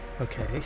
Okay